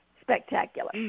spectacular